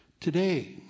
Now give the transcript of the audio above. Today